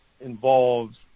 Involves